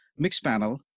Mixpanel